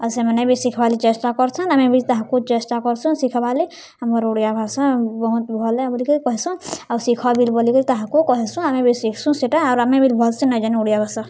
ଆଉ ସେମାନେ ବି ଶିଖ୍ବାର୍ଲାଗି ଚେଷ୍ଟା କର୍ସନ୍ ଆମେ ବି ତାହାକୁ ଚେଷ୍ଟା କର୍ସୁଁ ଶିଖ୍ବାର୍ଲାଗି ଆମର୍ ଓଡ଼ିଆ ଭାଷା ବହୁତ୍ ଭଲ୍ ଏ ବଲିକରି କହେସୁଁ ଆଉ ଶିଖ ବି ବଲିକରି ତାହାକୁ କହେସୁଁ ଆମେ ବି ଶିଖ୍ସୁଁ ସେଟା ଆର୍ ଆମେ ବି ଭଲ୍ସେ ନାଇଁଜାନୁ ଓଡ଼ିଆ ଭାଷା